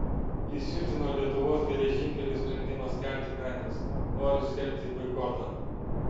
įsiutino lietuvos geležinkelių sprendimas kelti kainas noriu skelbti boikotą